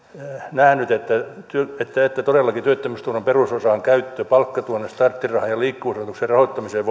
nähnyt että todellakin työttömyysturvan perusosaa voitaisiin käyttää palkkatuen starttirahan ja liikkuvuusavustuksen rahoittamiseen